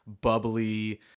bubbly